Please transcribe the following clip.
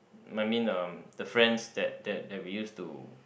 I mean uh the friends that that that we used to